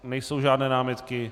Nejsou žádné námitky?